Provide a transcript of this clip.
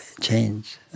change